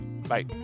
Bye